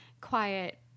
quiet